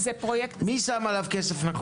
נכון להיום, מי שם עליו כסף?